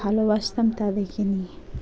ভালোবাসতাম তাদেরকে নিয়ে